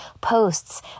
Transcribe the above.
posts